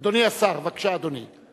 אדוני השר, בבקשה, אדוני.